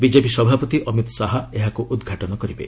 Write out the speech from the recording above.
BJP ସଭାପତି ଅମିତ ଶାହା ଏହାକୁ ଉଦ୍ଘାଟନ କରିବେ